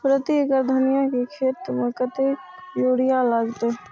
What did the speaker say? प्रति एकड़ धनिया के खेत में कतेक यूरिया लगते?